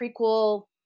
prequel